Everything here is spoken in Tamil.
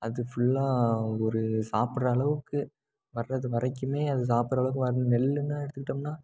அது ஃபுல்லாக ஒரு சாப்பிட்ற அளவுக்கு வர்றது வரைக்குமே அது சாப்பிட்ற அளவுக்கு வந் நெல்லுன்னு எடுத்துக்கிட்டோம்னா